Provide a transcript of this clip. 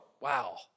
Wow